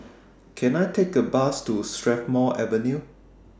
Can I Take A Bus to Strathmore Avenue